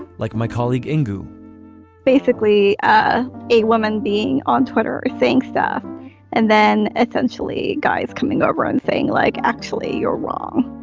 like my colleague ingo basically ah a woman being on twitter thinks stuff and then essentially guys coming over on thing like actually or wrong.